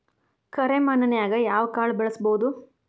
ಕರೆ ಮಣ್ಣನ್ಯಾಗ್ ಯಾವ ಕಾಳ ಬೆಳ್ಸಬೋದು?